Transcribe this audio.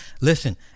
Listen